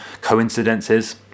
coincidences